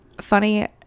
funny